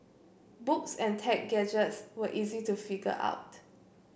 books and tech gadgets were easy to figure out